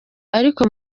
ariko